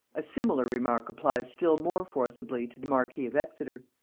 a similar remark applies still more forcibly to the marquis of exeter.